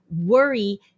worry